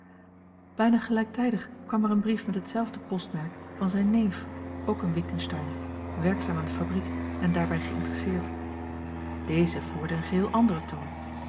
bijna gelijktijdig kwam er een brief met hetzelfde postmerk van zijn neef ook een witgensteyn werkzaam aan de fabriek en daarbij geïnteresseerd deze voerde een geheel anderen toon